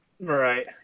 right